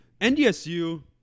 NDSU